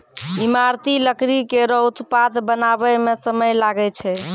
ईमारती लकड़ी केरो उत्पाद बनावै म समय लागै छै